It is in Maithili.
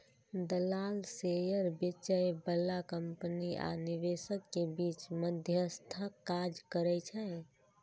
दलाल शेयर बेचय बला कंपनी आ निवेशक के बीच मध्यस्थक काज करै छै